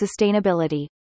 sustainability